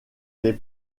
les